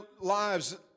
lives